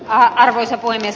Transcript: arvoisa puhemies